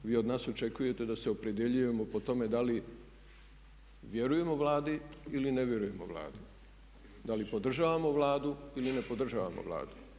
Ovako vi od nas očekujete da se opredjeljujemo po tome da li vjerujemo Vladi ili ne vjerujemo Vladi, da li podržavamo Vladu ili ne podržavamo Vladu.